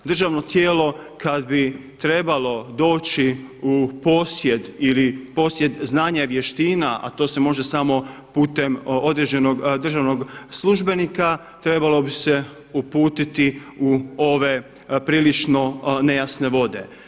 Državno tijelo kada bi trebalo doći u posjed ili posjed znanja ili vještina a to se može samo putem određenog državnog službenika trebalo bi se uputiti u ove prilično nejasne vode.